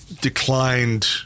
declined